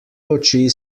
oči